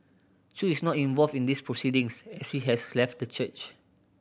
chew is not involved in these proceedings as he has left the church